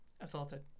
assaulted